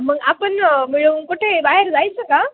मग आपण मिळून कुठे बाहेर जायचं का